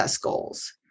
goals